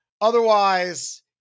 Otherwise